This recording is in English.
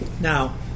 now